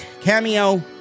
Cameo